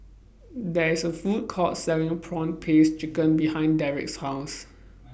There IS A Food Court Selling Prawn Paste Chicken behind Derrick's House